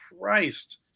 Christ